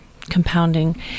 compounding